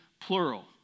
plural